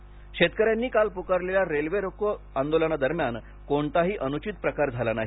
rail रोको शेतक यांनी काल पुकारलेल्या रेल्वे रोको आंदोलनादरम्यान कोणताही अनुचित प्रकार झाला नाही